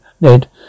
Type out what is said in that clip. Ned